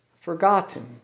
forgotten